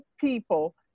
people